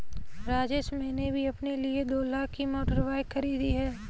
राजेश मैंने भी अपने लिए दो लाख की मोटर बाइक खरीदी है